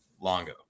Longo